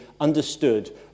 understood